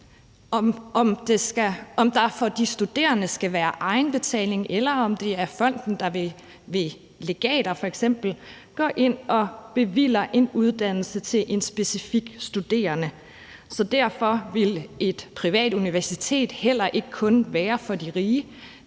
om der for de studerende skal være egenbetaling, eller om det er fonden, der ved legater f.eks. går ind og bevilger en uddannelse til en specifik studerende. Derfor ville et privat universitet heller ikke kun være for de rige;